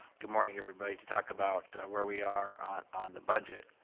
good morning, everybody. to talk about where we are on the budget.